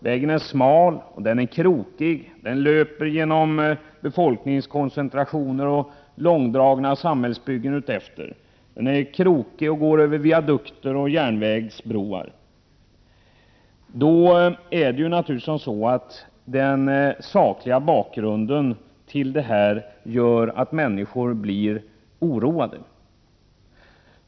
Vägen är smal och krokig, den löper genom befolkningskoncentrationer, och utefter den finns långdragna samhällsbyggen. Den går över viadukter och järnvägsbroar. Mot denna bakgrund blir människorna naturligtvis oroade.